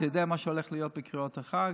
אתה יודע מה הולך להיות בקניות החג?